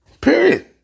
Period